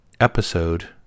episode